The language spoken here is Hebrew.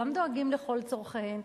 וגם דואגים לכל צורכיהן,